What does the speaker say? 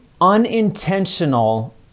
unintentional